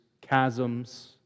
chasms